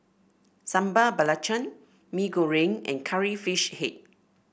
Sambal Belacan Mee Goreng and Curry Fish Head